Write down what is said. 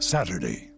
Saturday